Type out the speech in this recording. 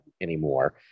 anymore